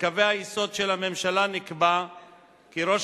בקווי היסוד של הממשלה נקבע כי ראש